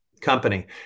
company